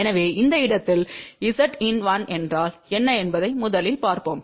எனவே இந்த இடத்தில் Zin1 என்றால் என்ன என்பதை முதலில் பார்ப்போம்